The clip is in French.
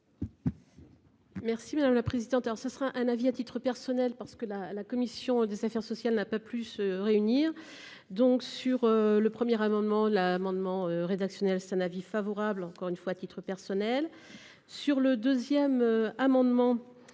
Merci madame la présidente.